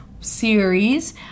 series